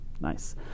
Nice